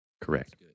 Correct